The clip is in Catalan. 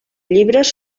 llibres